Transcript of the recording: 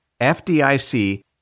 FDIC